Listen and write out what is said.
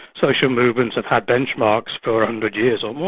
social movements, have had benchmarks for a hundred years or more.